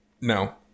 no